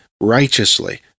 righteously